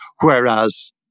whereas